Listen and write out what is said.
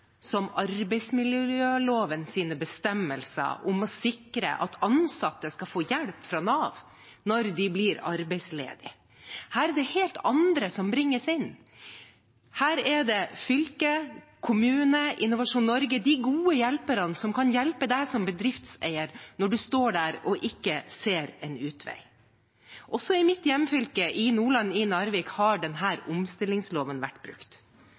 som arbeidsmiljølovens bestemmelser om å sikre at ansatte skal få hjelp fra Nav når de blir arbeidsledige. Her er det helt andre som bringes inn. Her er det fylke, kommune, Innovasjon Norge – de gode hjelperne som kan hjelpe en som bedriftseier når man står der og ikke ser en utvei. Også i mitt hjemfylke Nordland, i Narvik, har denne omstillingsloven vært brukt.